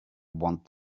want